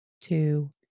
two